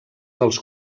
dels